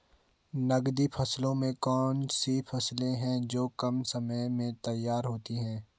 नकदी फसलों में कौन सी फसलें है जो कम समय में तैयार होती हैं?